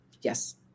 Yes